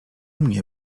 mnie